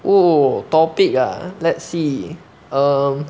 哦 topic ah let's see um